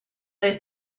they